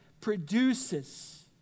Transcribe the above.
produces